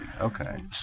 Okay